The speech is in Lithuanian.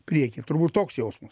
prieky turbūt toks jausmas